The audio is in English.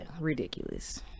ridiculous